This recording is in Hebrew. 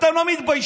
אתם לא מתביישים?